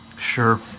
Sure